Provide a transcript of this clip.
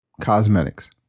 Cosmetics